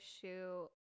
shoe